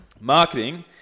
Marketing